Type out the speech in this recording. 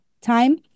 time